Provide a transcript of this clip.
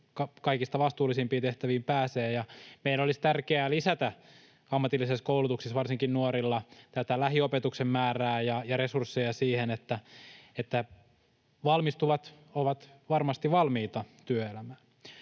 kaikista vastuullisimpiin tehtäviin. Meidän olisi tärkeää lisätä ammatillisessa koulutuksessa varsinkin nuorilla lähiopetuksen määrää ja resursseja siihen, että valmistuvat ovat varmasti valmiita työelämään.